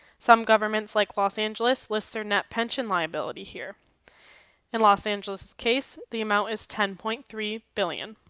some governments like los angeles lists their net pension liability here in los angeles's case the amount is ten point three billion.